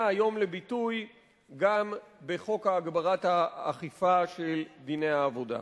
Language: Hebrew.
היום לביטוי גם בחוק הגברת האכיפה של דיני העבודה.